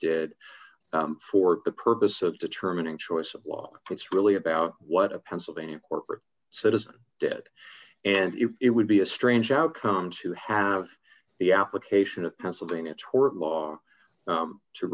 did for the purpose of determining choice of law it's really about what a pennsylvania corporate citizen did and it would be a strange outcome to have the application of pennsylvania tort law